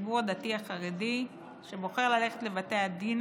ובציבור הדתי והחרדי שבוחר ללכת לבתי הדין